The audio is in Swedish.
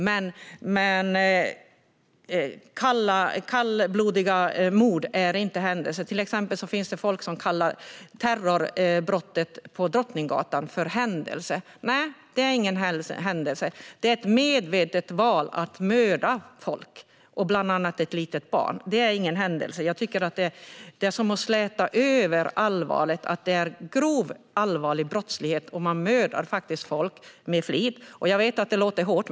Men mord är inte händelser. Det finns folk som kallar terrorbrottet på Drottninggatan för en händelse. Nej, det var ingen händelse. Det var ett medvetet val att mörda folk, bland annat ett litet barn. Det var ingen händelse. Att kalla det för en händelse är att släta över allvaret. Att mörda folk med flit är grov allvarlig brottslighet. Jag vet att det låter hårt.